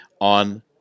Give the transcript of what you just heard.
on